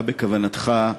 מה בכוונתך,